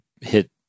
hit